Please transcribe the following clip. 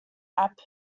app